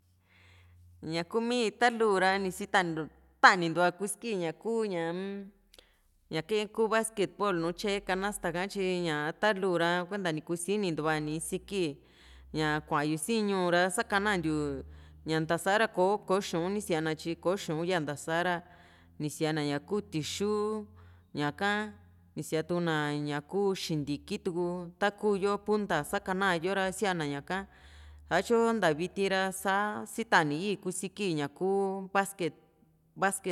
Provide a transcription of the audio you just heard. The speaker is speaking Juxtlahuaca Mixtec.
ñaa kumi ta luu ra ni sitani taa´nintua kusiki kuu ñaa-m ñakae ku basquetlbol nu tyae kanasta ka tyi ñaa ta luura kuenta ni kusini ntuuva ni kusiski ña kua´yu sii´n ñuu ra sakanantiu ña ntasara kò´o ko xu´un nisiana tyi kò´o xu´un yaa ntasa ra nisia na ña ku tixuu ñakaa ni siatuna kuu xintiki tuu taku yo punta sakana yo ra siana ñaka satyo nta viti ra sa sitanii kusiki ña ku basquet basquet.